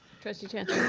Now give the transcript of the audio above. trustee chancellor.